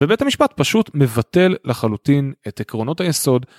ובית המשפט פשוט מבטל לחלוטין את עקרונות היסוד.